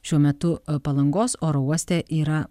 šiuo metu palangos oro uoste yra